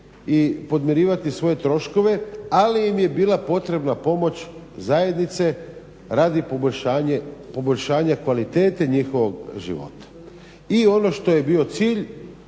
i podmirivati svoje troškove ali im je bila potrebna pomoć zajednice radi poboljšanja kvalitete njihovog života. I ono što je bio cilj